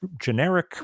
generic